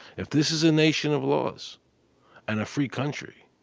if this is a nation of laws and a free country,